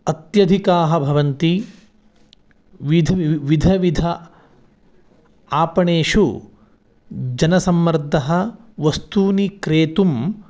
अत्यधिकाः भवन्ति विद वि विध विध आपणेषु जनसम्मर्दः वस्तूनि क्रेतुम्